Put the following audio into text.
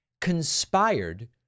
conspired